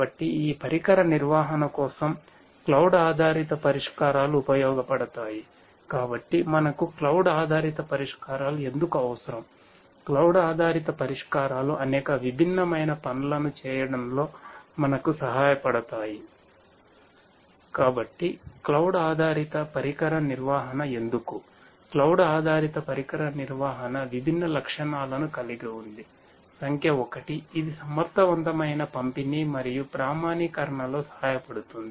కాబట్టి ఈ పరికర నిర్వహణ కోసం క్లౌడ్ ఆధారిత పరిష్కారాలు అనేక విభిన్నమైన పనులను చేయడంలో మనకు సహాయపడతాయి